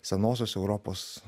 senosios europos